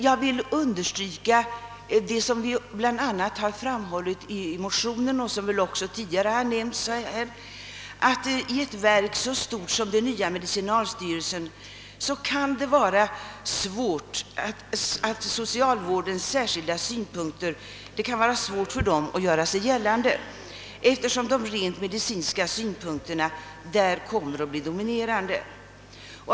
Jag vill dock understryka vad som framhållits i motionen och som också tidigare har nämnts här, att det i ett verk så stort som den nya medicinalstyrelsen kan vara svårt att få de särskilda socialvårdssynpunkterna framförda, eftersom de rent medicinska synpunkterna där kommer att bli dominerande.